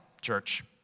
church